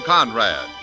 Conrad